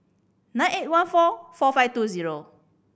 nine eight one four four five two zero